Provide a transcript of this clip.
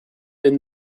been